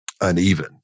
uneven